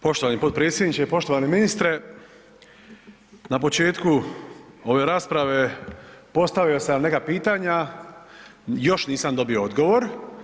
Poštovani potpredsjedniče i poštovani ministre, na početku ove rasprave postavio sam vam neka pitanja, još nisam dobio odgovor.